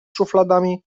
szufladami